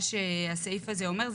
שהסעיף הזה אומר,